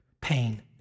pain